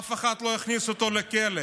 אף אחד לא יכניס אותו לכלא,